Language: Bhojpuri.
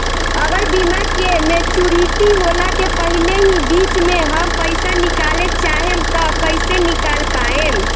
अगर बीमा के मेचूरिटि होला के पहिले ही बीच मे हम पईसा निकाले चाहेम त कइसे निकाल पायेम?